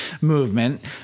movement